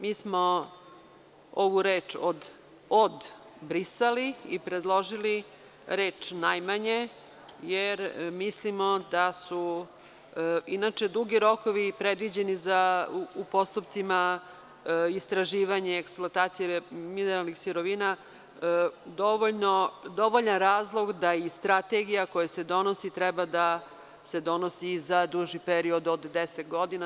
Mi smo ovu reč „od“ brisali i predložili reč „najmanje“, jer mislimo da su inače dugi rokovi predviđeni za postupke istraživanja, eksploatacija mineralnih sirovina, dovoljan razlog da i strategija koja se donosi treba da se donosi i za duži period od 10 godina.